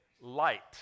light